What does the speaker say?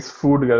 food